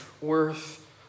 worth